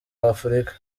afurika